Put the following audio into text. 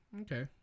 okay